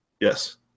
Yes